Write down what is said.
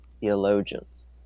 theologians